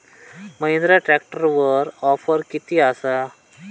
महिंद्रा ट्रॅकटरवर ऑफर किती आसा?